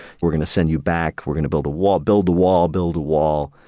we're gonna send you back. we're gonna build a wall. build a wall, build a wall.